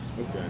Okay